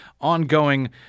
ongoing